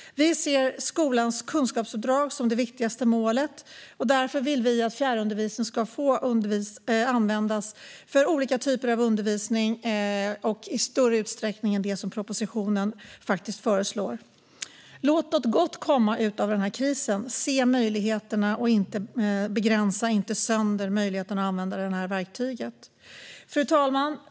Vi ser skolans kunskapsuppdrag som det viktigaste målet. Därför vill vi att fjärrundervisning ska få användas för olika typer av undervisning och i större utsträckning än det som propositionen föreslår. Låt något gott komma av denna kris! Se möjligheterna, och begränsa inte sönder möjligheterna att använda detta verktyg! Fru talman!